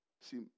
See